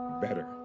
better